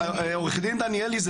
עורך דין דניאלי,